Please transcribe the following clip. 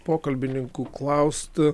pokalbininkų klaust